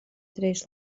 trīs